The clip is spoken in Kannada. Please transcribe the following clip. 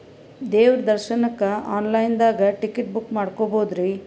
ದೇವ್ರ ದರ್ಶನಕ್ಕ ಆನ್ ಲೈನ್ ದಾಗ ಟಿಕೆಟ ಬುಕ್ಕ ಮಾಡ್ಬೊದ್ರಿ?